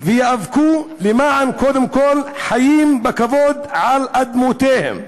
וייאבקו קודם כול למען חיים בכבוד על אדמותיהם.